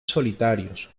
solitarios